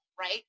right